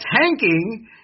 tanking